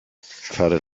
fare